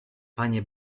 panie